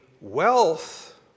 wealth